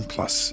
Plus